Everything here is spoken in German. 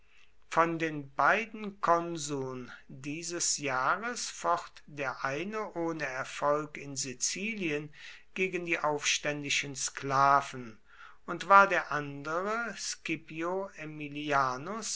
von den beiden konsuln dieses jahres focht der eine ohne erfolg in sizilien gegen die aufständischen sklaven und war der andere scipio